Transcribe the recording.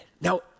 Now